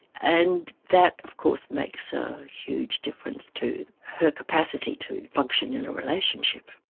and that of course makes a huge difference to her capacity to function in a relationship.